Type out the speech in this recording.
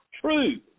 true